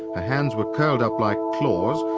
her hands were curled up like claws,